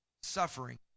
suffering